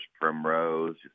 primrose